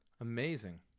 Amazing